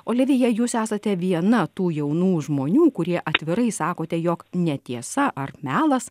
olivija jūs esate viena tų jaunų žmonių kurie atvirai sakote jog ne tiesa ar melas